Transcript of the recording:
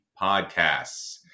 podcasts